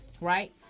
right